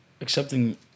accepting